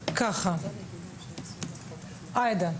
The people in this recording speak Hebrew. עאידה,